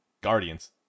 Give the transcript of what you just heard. Guardians